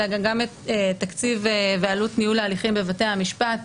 אלא גם את תקציב ועלות ניהול ההליכים בבתי המשפט.